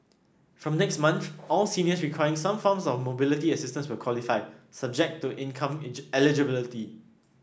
from next month all seniors requiring some form of mobility assistance will qualify subject to income eligibility